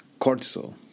cortisol